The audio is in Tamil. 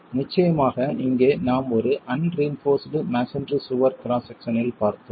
நிச்சயமாக இங்கே நாம் ஒரு அன்ரிஇன்போர்ஸ்டு மஸோன்றி சுவர் கிராஸ் செக்சனில் பார்த்தோம்